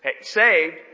saved